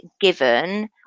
given